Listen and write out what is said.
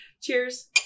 Cheers